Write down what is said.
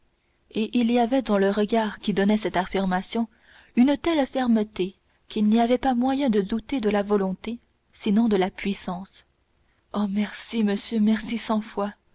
et il y avait dans le regard qui donnait cette affirmation une telle fermeté qu'il n'y avait pas moyen de douter de la volonté sinon de la puissance oh merci monsieur merci cent fois